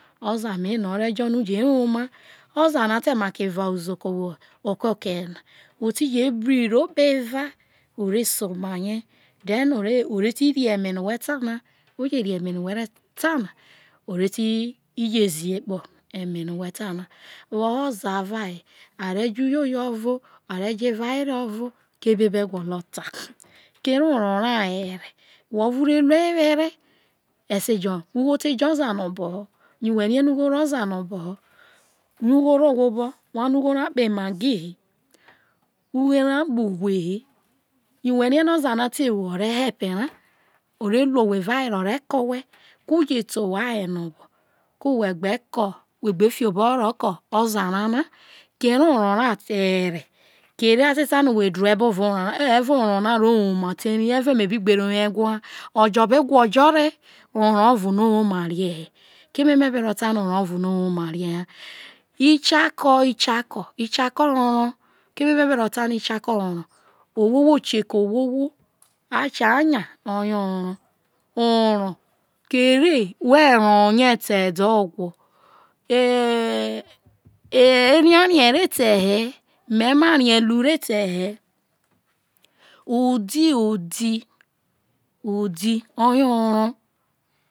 oza na ene o re jo no je woma oza na o te make vaha uzo ke owhe enena o vi je bri irro kpeva ore se omarie o reti rri eme no who ta na o ve ti se omarie woho oza.